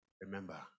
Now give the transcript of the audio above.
remember